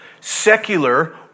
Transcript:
secular